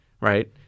right